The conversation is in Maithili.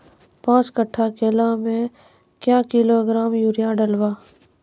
पाँच कट्ठा केला मे क्या किलोग्राम यूरिया डलवा?